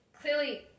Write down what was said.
clearly